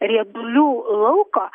riedulių lauko